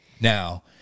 Now